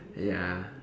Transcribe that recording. ya